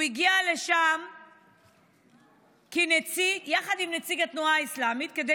הוא הגיע לשם יחד עם נציג התנועה האסלאמית כדי